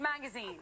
magazine